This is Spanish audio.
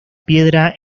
piedra